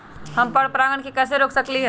हम पर परागण के कैसे रोक सकली ह?